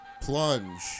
Plunge